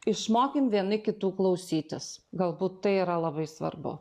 išmokim vieni kitų klausytis galbūt tai yra labai svarbu